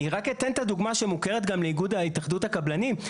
אני רק אתן את הדוגמה שמוכרת גם לאיגוד התאחדות הקבלנים.